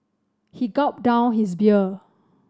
he gulped down his beer